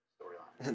storyline